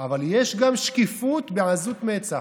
אבל יש גם שקיפות בעזות מצח,